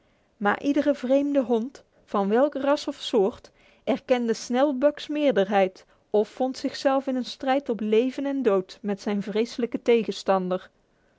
maar iedere vreemde hond van welk ras of soort erkende snel buck's meerderheid of vond zichzelf in een strijd op leven en dood met zijn vreselijken tegenstander